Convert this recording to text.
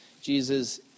Jesus